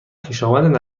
خویشاوند